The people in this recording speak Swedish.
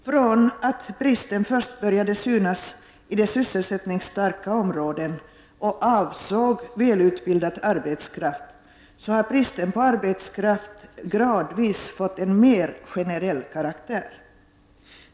Från att ha börjat synas i de sysselsättningsstarka områdena och avse välutbildad arbetskraft har bristen på arbetskraft gradvis fått en mer generell karaktär.